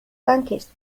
tanques